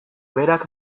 berak